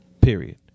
Period